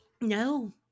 no